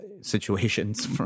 situations